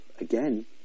again